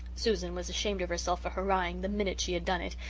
susan was ashamed of herself for hurrahing the minute she had done it,